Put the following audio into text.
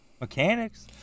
Mechanics